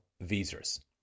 visas